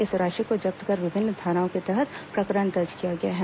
इस राशि को जब्त कर विभिन्न धाराओं के तहत प्रकरण दर्ज किया गया है